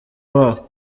wabo